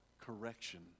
correction